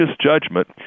judgment